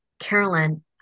Carolyn